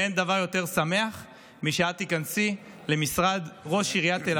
ואין דבר יותר שמח מזה שאת תיכנסי למשרד ראש עיריית תל